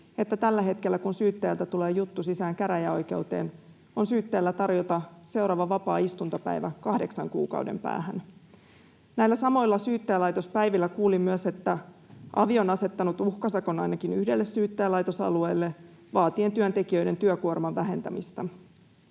että tällä hetkellä kun syyttäjältä tulee juttu sisään käräjäoikeuteen, on syyttäjällä tarjota seuraava vapaa istuntopäivä kahdeksan kuukauden päähän. Näillä samoilla Syyttäjälaitospäivillä kuulin myös, että avi on asettanut uhkasakon ainakin yhdelle syyttäjälaitosalueelle vaatien työntekijöiden työkuorman vähentämistä.